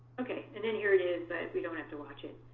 ok. and then here it is, but we don't have to watch it.